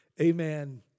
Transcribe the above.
Amen